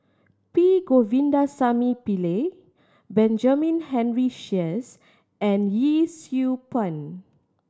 P Govindasamy Pillai Benjamin Henry Sheares and Yee Siew Pun